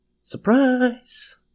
surprise